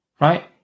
right